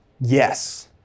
yes